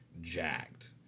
jacked